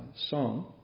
song